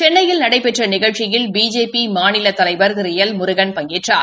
சென்னையில் நடைபெற்ற நிகழ்ச்சியில் பிஜபி மாநில தலைவர் திரு எல் முருகன் பங்கேற்றார்